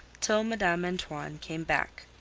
till madame antoine came back,